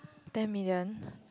ten million